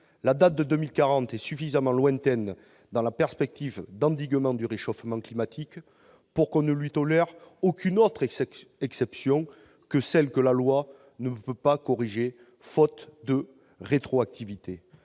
La date de 2040 est suffisamment lointaine, dans une perspective d'endiguement du réchauffement climatique, pour qu'on ne lui tolère aucune autre exception que celles que la loi ne peut pas corriger faute de rétroactivité.